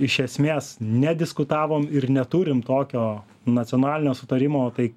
iš esmės nediskutavom ir neturim tokio nacionalinio sutarimo tai